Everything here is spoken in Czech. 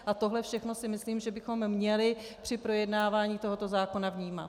A tohle všechno si myslím, že bychom měli při projednávání tohoto zákona vnímat.